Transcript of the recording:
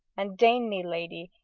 and daigne me lady,